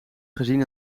gezien